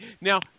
Now